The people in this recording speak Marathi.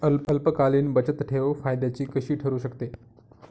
अल्पकालीन बचतठेव फायद्याची कशी ठरु शकते?